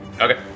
Okay